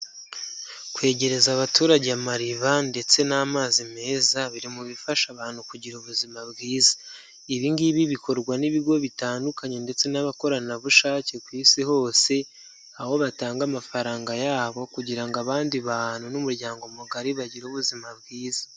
Kwegereza abaturage amariba ndetse n'amazi meza biri mu bifasha abantu kugira ubuzima bwiza. Ibi ngibi bikorwa n'ibigo bitandukanye ndetse n'abakoranabushake ku isi hose, aho batanga amafaranga yabo kugira ngo abandi bantu n'umuryango mugari bagire ubuzima bwiza.